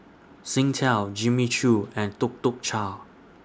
Singtel Jimmy Choo and Tuk Tuk Cha